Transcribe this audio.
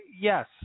Yes